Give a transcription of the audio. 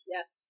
Yes